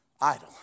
idle